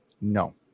No